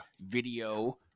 video